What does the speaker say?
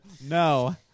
no